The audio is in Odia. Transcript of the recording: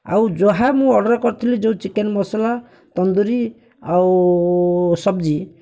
ଆଉ ଯାହା ମୁଁ ଅର୍ଡ଼ର କରଥିଲି ଯେଉଁ ଚିକେନ୍ ମସଲା ତନ୍ଦୁରୀ ଆଉ ସବଜି